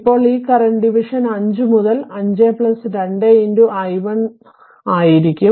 ഇപ്പോൾ ഈ current division 5 മുതൽ 5 2 i 1 ആയിരിക്കും